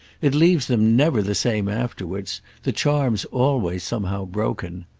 it leaves them never the same afterwards the charm's always somehow broken.